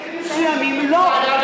במקרים מסוימים לא.